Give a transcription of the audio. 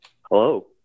Hello